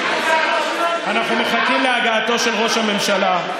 אנחנו מחכים להגעתו של ראש הממשלה.